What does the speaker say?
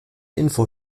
info